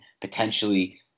potentially